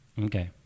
Okay